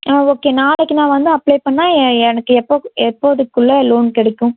ஆ okay நாளைக்கு நான் வந்து அப்ளை பண்ணால் எ எனக்கு எப்போது எப்போதைக்குள்ளே லோன் கிடைக்கும்